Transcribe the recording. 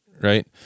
Right